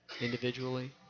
individually